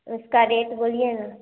उसका रेट बोलिए न